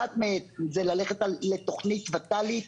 אחת מהן זה ללכת לתוכנית ות"לית,